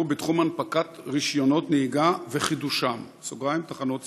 בתחום הנפקת רישיונות נהיגה וחידושם (תחנות צילום).